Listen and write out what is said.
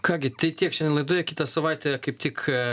ką gi tai tiek šiandien laidoje kitą savaitę kaip tik